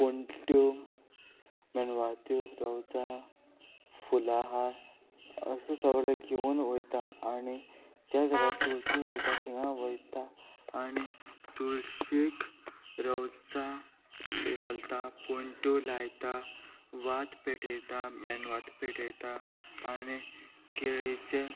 पोंट्यो मेणवात्यो रोजां फुला हार अशे सगळे घेवन वयता आनी ज्या जाग्यार तुळशीं वयता थंय वयता आनी तुळशीक रोजां घालता पोंट्यो लायता वात पेटयता मेणवात पेटयता आनी केळीचें